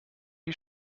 die